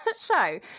show